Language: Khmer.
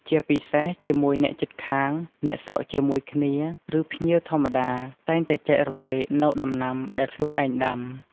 ជាពិសេសជាមួយអ្នកជិតខាង អ្នកស្រុកជាមួយគ្នា ឬភ្ញៀវធម្មតា តែងតែចែករំលែកនៅដំណាំដែលខ្លួនឯងដាំ។